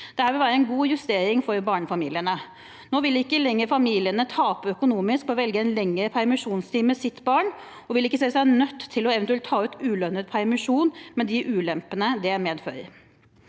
Dette vil være en god justering for barnefamiliene. Nå vil ikke lenger familiene tape økonomisk på å velge en lengre permisjonstid med sitt barn, og de vil ikke se seg nødt til eventuelt å ta ut ulønnet permisjon, med de ulempene det medfører.